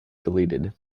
deleted